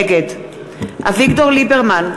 נגד אביגדור ליברמן,